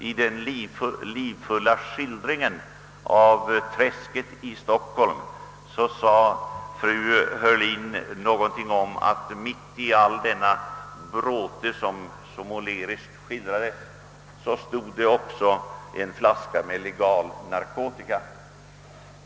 I sin livfulla skildring av »träsket» i Stockholm sade fru Heurlin någonting om att mitt i all bråten stod också en flaska med legal narkotika.